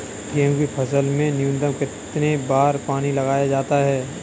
गेहूँ की फसल में न्यूनतम कितने बार पानी लगाया जाता है?